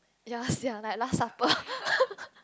ya sia like last supper